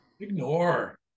Ignore